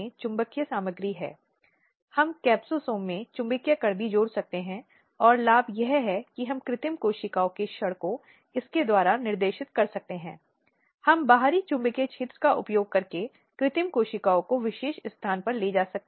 इसलिए शायद उसे आवश्यक सेवाएं नहीं दी जाती हैं जिसे वह वास्तव में थप्पड़ या पिटाई हो सकती है या कई बार इस तरह कई अन्य आक्रामक रूप से महिला के साथ व्यवहार होता है